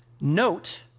note